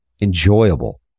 enjoyable